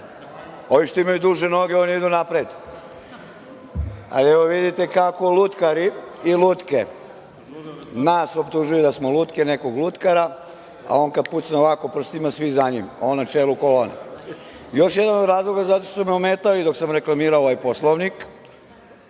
Ovi što imaju duže noge oni idu napred, ali evo vidite kako lutkari i lutke nas optužuju da smo lutke nekog lutka, a on kad pucne ovako prstima svi za njim, on na čelu kolone. Još jedan od razloga zato što su me ometali dok sam reklamirao ovaj Poslovnik,